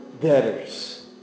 debtors